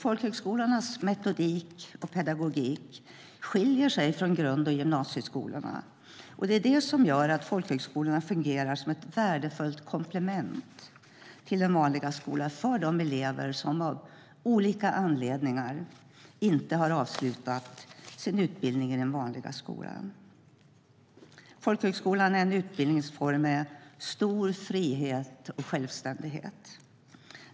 Folkhögskolornas metodik och pedagogik skiljer sig från grund och gymnasieskolorna, och det gör att folkhögskolorna fungerar som ett värdefullt komplement till den vanliga skolan för de elever som av olika anledningar inte har avslutat sin utbildning i den vanliga skolan. Folkhögskolan är en utbildningsform med stor frihet och självständighet.